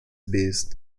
based